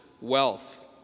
wealth